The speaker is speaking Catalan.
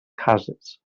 cases